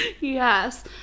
Yes